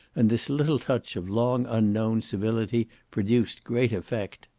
and this little touch of long unknown civility produced great effect.